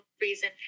reason